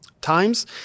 times